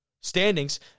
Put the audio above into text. standings